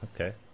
Okay